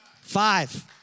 Five